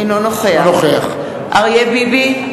אינו נוכח אריה ביבי,